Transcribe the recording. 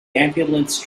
ambulance